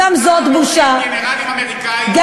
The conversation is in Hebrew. תודה.